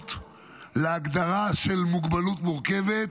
תקנות להגדרה של מוגבלות מורכבת,